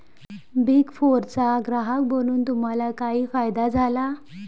Big फोरचा ग्राहक बनून तुम्हाला काही फायदा झाला?